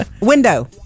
window